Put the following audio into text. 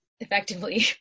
effectively